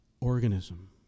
organism